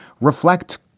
reflect